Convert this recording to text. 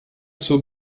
zur